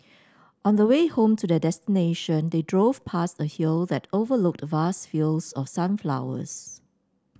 on the way home to their destination they drove past a hill that overlooked vast fields of sunflowers